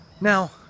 Now